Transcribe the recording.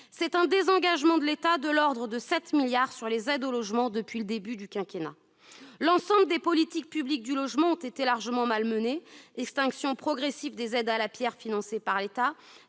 note un désengagement de l'État de l'ordre de 7 milliards d'euros sur les aides au logement depuis le début du quinquennat. L'ensemble des politiques publiques du logement ont été largement malmenées : extinction progressive des aides à la pierre financées par l'État,